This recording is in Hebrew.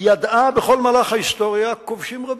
ידעה בכל מהלך ההיסטוריה כובשים רבים.